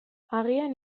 agian